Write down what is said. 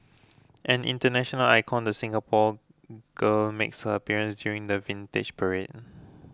an international icon the Singapore girl makes her appearance during the Vintage Parade